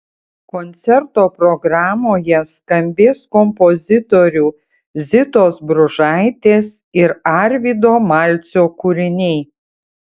koncerto programoje skambės kompozitorių zitos bružaitės ir arvydo malcio kūriniai